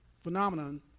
phenomenon